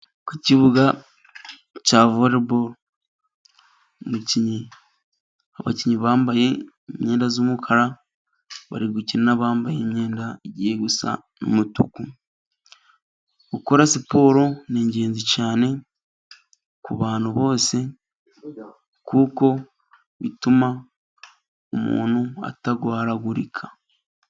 Ku kibuga cya voreboro, abakinnyi bambaye imyenda y'umukara, bari gukina bambaye imyenda igiye gusa n'umutuku, gukora siporo ni ingenzi cyane ku bantu bose, kuko bituma umuntu atarwaragurika.